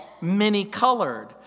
many-colored